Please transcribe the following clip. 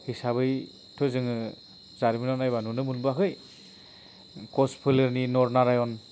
हिसाबैथ' जोङो जारिमिनाव नायबा नुनो मोनबोयाखै कस फोलेरनि नर नारायन